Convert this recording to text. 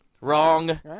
Wrong